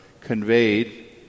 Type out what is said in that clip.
conveyed